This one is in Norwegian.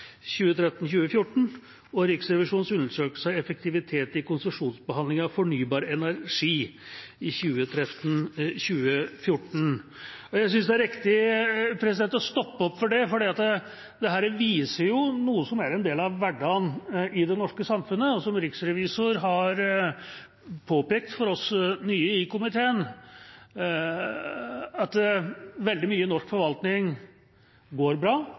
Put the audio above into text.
og Riksrevisjonens undersøkelse av effektivitet i konsesjonsbehandlingen av fornybar energi 2013–2014. Jeg synes det er riktig å stoppe opp ved det, for dette viser jo noe som er en del av hverdagen i det norske samfunnet, og som Riksrevisoren har påpekt for oss nye i komiteen, at veldig mye i norsk forvaltning går bra,